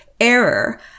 error